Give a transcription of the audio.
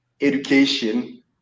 education